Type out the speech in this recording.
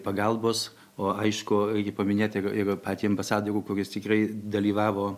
pagalbos o aišku reikia paminėti ir patį ambasadorių kuris tikrai dalyvavo